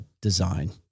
design